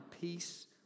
peace